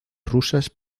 rusas